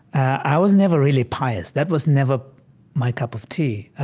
i was never really pious. that was never my cup of tea.